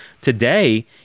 today